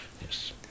Yes